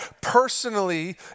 personally